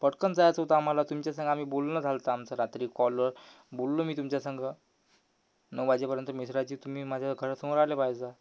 पटकन जायचं होतं आम्हाला तुमच्यासंग आम्ही बोलणं झालं होतं आमचं रात्री कॉलवर बोललो मी तुमच्यासंगं नऊ वाजेपर्यंत मिश्राजी तुम्ही माझ्या घरासमोर आले पाहिजे